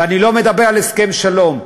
ואני לא מדבר על הסכם שלום.